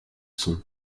sont